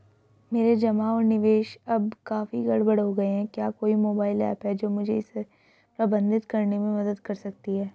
मेरे जमा और निवेश अब काफी गड़बड़ हो गए हैं क्या कोई मोबाइल ऐप है जो मुझे इसे प्रबंधित करने में मदद कर सकती है?